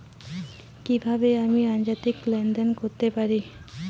কি কিভাবে আমি আন্তর্জাতিক লেনদেন করতে পারি?